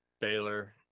Baylor